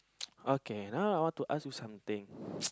okay now I want to ask you something